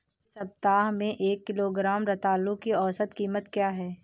इस सप्ताह में एक किलोग्राम रतालू की औसत कीमत क्या है?